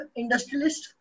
industrialist